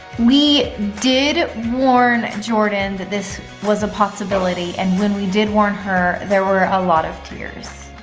we did warn jordan that this was a possibility and when we did warn her, there were a lot of tears.